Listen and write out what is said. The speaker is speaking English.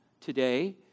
today